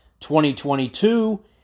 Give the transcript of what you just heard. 2022